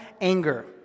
anger